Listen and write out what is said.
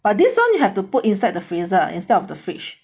but this one you have to put inside the freezer instead of the fridge